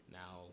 now